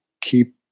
keep